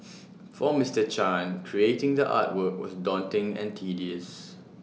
for Mister chan creating the artwork was daunting and tedious